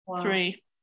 three